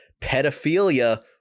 pedophilia